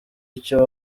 icyo